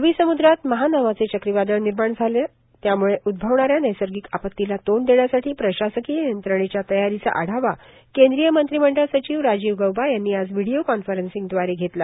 अरबी समुद्रात महा नावाचे चक्रीवादळ निर्माण झाल्याने त्यामुळे उदभवणाऱ्या नैसर्गिक आपतीला तोंड देण्यासाठी प्रशासकीय यंत्रणेच्या तयारीचा आढावा केंद्रीय मंत्रीमंडळ सचिव राजीव गौबा यांनी आज व्हिडीओ कॉन्फरन्सिंगद्वारे घेतला